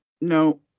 No